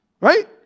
Right